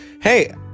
hey